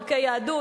ערכי יהדות.